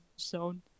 zone